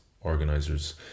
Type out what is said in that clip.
organizers